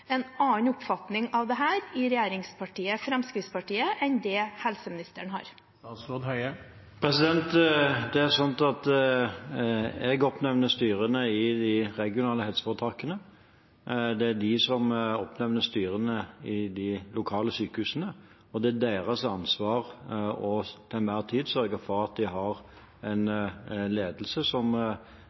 en annen oppfatning av dette i regjeringspartiet Fremskrittspartiet enn det helseministeren har? Det er slik at jeg oppnevner styrene i de regionale helseforetakene, og det er de som oppnevner styrene i de lokale sykehusene, og det er deres ansvar til enhver tid å sørge for at de har en ledelse som